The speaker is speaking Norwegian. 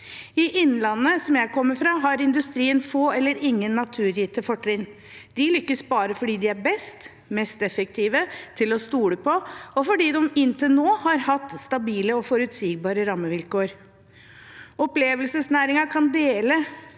fra, har industrien få eller ingen naturgitte fortrinn, de lykkes bare fordi de er best, mest effektive og til å stole på, og fordi de inntil nå har hatt stabile og forutsigbare rammevilkår. Opplevelsesnæringen kan lære